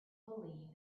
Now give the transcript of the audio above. believe